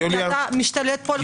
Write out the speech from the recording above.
אתה משתלט על כולנו.